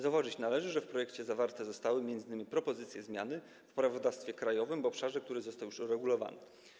Zauważyć należy, że w projekcie zawarte zostały m.in. propozycje zmian w prawodawstwie krajowym w obszarze, który został już uregulowany.